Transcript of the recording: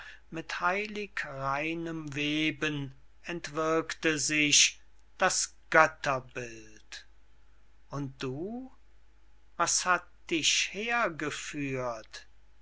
mit heilig reinem weben entwirkte sich das götterbild und du was hat dich hergeführt